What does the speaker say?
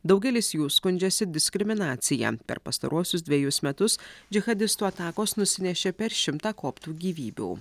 daugelis jų skundžiasi diskriminacija per pastaruosius dvejus metus džihadistų atakos nusinešė per šimtą koptų gyvybių